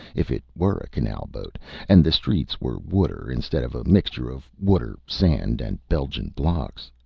if it were a canal-boat and the streets were water instead of a mixture of water, sand, and belgian blocks.